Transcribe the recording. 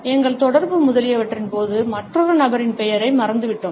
எங்கள் தொடர்பு முதலியவற்றின் போது மற்றொரு நபரின் பெயரை மறந்துவிட்டோம்